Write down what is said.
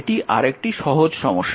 এবং এটি আরেকটি সহজ সমস্যা